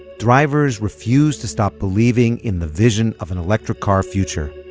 drivers refused to stop believing in the vision of an electric car future.